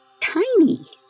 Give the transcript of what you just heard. tiny